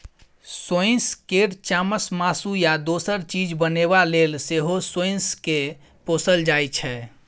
सोंइस केर चामसँ मासु या दोसर चीज बनेबा लेल सेहो सोंइस केँ पोसल जाइ छै